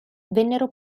vennero